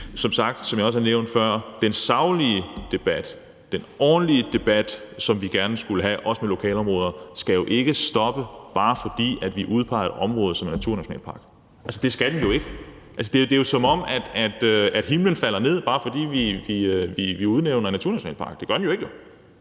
konkret. Som jeg også har nævnt før, skal den saglige debat, den ordentlige debat, som vi gerne skulle have – også i lokalområderne – jo ikke stoppe, bare fordi vi udpeger et område som naturnationalpark. Det skal den jo ikke. Altså, det er jo, som om himlen falder ned, bare fordi vi udpeger et område til naturnationalpark. Det gør den jo ikke.